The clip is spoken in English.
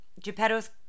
geppetto's